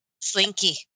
Slinky